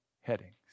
headings